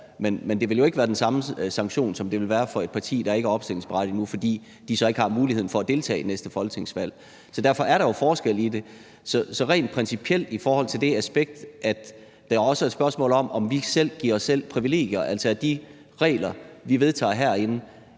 men det vil jo ikke være den samme sanktion, som det vil være for et parti, der ikke er opstillingsberettiget endnu, fordi de så ikke har muligheden for at deltage i det næste folketingsvalg. Så derfor er der jo en forskel på det. Så rent principielt er der det aspekt, at det også er et spørgsmål om, om vi ikke giver os selv privilegier, altså at de regler, vi vedtager herinde,